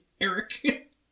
Eric